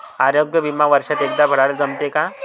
आरोग्य बिमा वर्षात एकवेळा भराले जमते का?